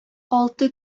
алты